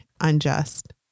unjust